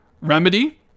Remedy